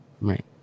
right